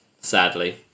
Sadly